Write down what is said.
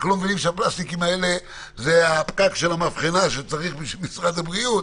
רק לא מבינים שהפלסטיקים האלה זה הפקק של המבחנה שצריך משרד הבריאות,